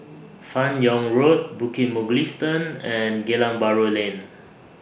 fan Yoong Road Bukit Mugliston and Geylang Bahru Lane